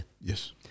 Yes